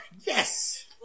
Yes